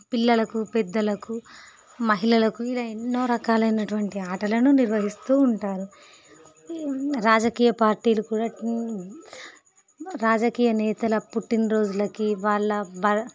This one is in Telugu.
పిల్లలకు పెద్దలకు మహిళలకు ఇలా ఎన్నో రకాలైనటువంటి ఆటలను నిర్వహిస్తూ ఉంటారు రాజకీయ పార్టీలు కూడా రాజకీయ నేతల పుట్టిన రోజులకీ వాళ్ళ బ